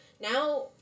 now